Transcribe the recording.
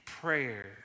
prayer